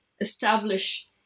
establish